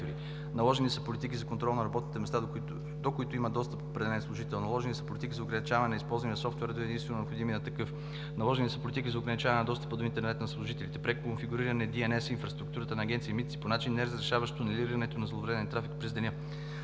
наложени са политики за контрол на работните места, до които има достъп определен служител; наложени са политики за ограничаване и използване на софтуер, до единствено необходимия такъв; наложени са политики за ограничаване на достъпа до интернет на служителите; преконфигурирана е инфраструктурата на Агенция „Митници“ по начин, неразрешаващ тунелирането на зловреден трафик през деня;